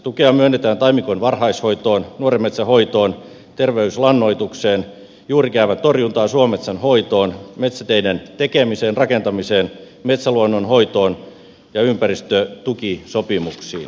tukea myönnetään taimikon varhaishoitoon nuoren metsän hoitoon terveyslannoitukseen juurikäävän torjuntaan suometsän hoitoon metsäteiden tekemiseen rakentamiseen metsäluonnon hoitoon ja ympäristötukisopimuksiin